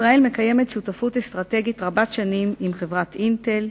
ישראל מקיימת שותפות אסטרטגית רבת-שנים עם חברת "אינטל".